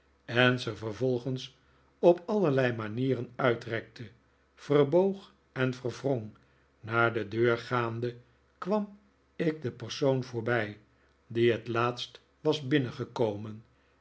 en ze vervolgens op allerlei manieren uitrekte verboog en verwrong naar de deur gaande kwam ik den persoon voorbij die het laatst was binnengekomen